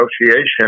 negotiation